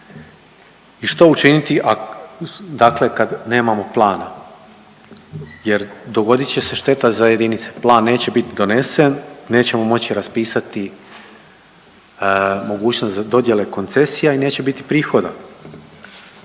i što učiniti dakle kad nemamo plana jer dogodit će se šteta za jedinice, plan neće bit donesen, nećemo moći raspisati mogućnost dodjele koncesija i neće biti prihoda.